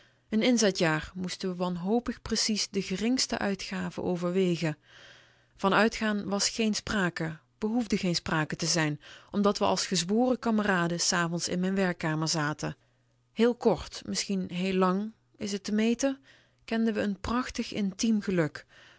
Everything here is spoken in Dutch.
t inzet jaar moesten we wanhopig precies de geringste uitgaven overwegen van uitgaan was geen sprake behoefde geen sprake te zijn omdat we als gezworen kameraden s avonds in mijn werkkamer zaten heel kort misschien heel lang is t te meten kenden we n prachtig intiem geluk